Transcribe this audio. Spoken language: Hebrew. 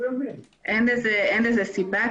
אין לזה סיבה.